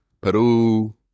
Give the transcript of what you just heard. Peru